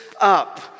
up